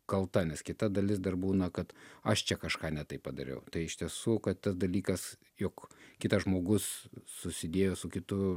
kalta nes kita dalis dar būna kad aš čia kažką ne taip padariau tai iš tiesų kad tas dalykas jog kitas žmogus susidėjo su kitu